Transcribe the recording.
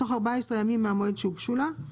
בתוך 14 ימים מהמועד שהוגשו לה,